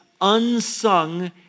unsung